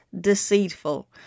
deceitful